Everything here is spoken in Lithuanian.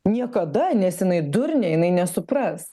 niekada nes jinai durnė jinai nesupras